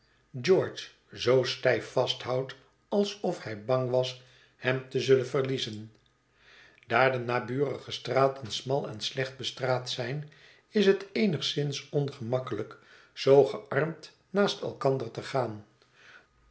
george zoo stijf vasthoudt alsof hij bang was hem te zullen verliezen daar de naburige straten smal en slecht bestraat zijn is het eenigszins ongemakkelijk zoo gearmd naast elkander te gaan